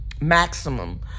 maximum